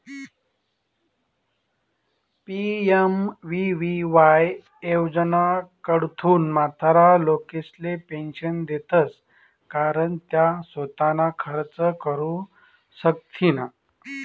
PMVVY योजनाकडथून म्हातारा लोकेसले पेंशन देतंस कारण त्या सोताना खर्च करू शकथीन